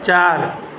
चारि